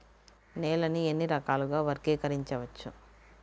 నేలని ఎన్ని రకాలుగా వర్గీకరించవచ్చు?